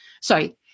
sorry